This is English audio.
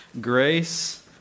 Grace